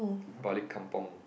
balik kampung